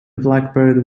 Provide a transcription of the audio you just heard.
blackbird